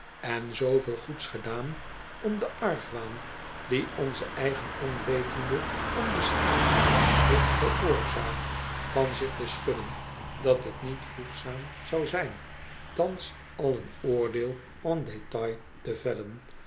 en zooveel goeds gedaan om den argwaan dien onze eigen onwetende onbeschaamdheid heeft veroorzaakt van zich te schudden dat t niet voegzaam zou zijn thans al een oordeel en detail te vellen